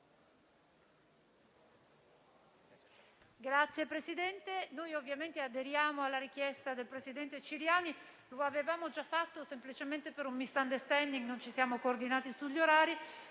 Signor Presidente, ovviamente aderiamo alla richiesta del presidente Ciriani. Lo avevamo già fatto, ma semplicemente per un *misunderstanding* non ci siamo coordinati sugli orari.